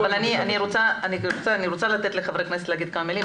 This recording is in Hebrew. אני רוצה לתת לחברי הכנסת להגיד כמה מילים